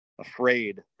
afraid